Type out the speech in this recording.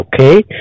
okay